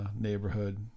neighborhood